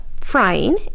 frying